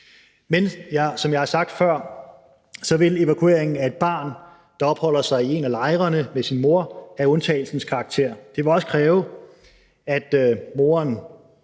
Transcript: Men som jeg har sagt før, vil evakuering af et barn, der opholder sig i en af lejrene med sin mor, have undtagelsens karakter. Det vil også kræve, at moderen